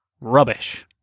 rubbish